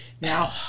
Now